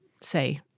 say